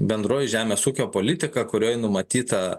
bendroji žemės ūkio politika kurioj numatyta